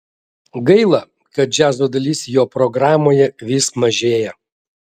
gaila kad džiazo dalis jo programoje vis mažėja